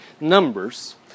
numbers